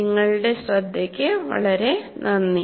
നിങ്ങളുടെ ശ്രദ്ധയ്ക്ക് വളരെ നന്ദി